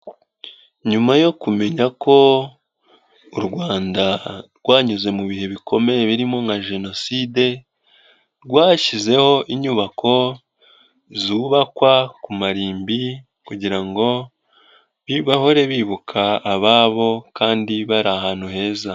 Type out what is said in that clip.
Nyuma yo kumenya ko u Rwanda rwanyuze mu bihe bikomeye birimo nka jenoside rwashyizeho inyubako zubakwa ku marimbi kugira ngo bahohore bibuka ababo kandi bari ahantu heza.